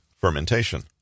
Fermentation